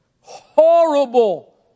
horrible